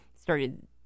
started